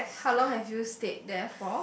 how long have you stayed there for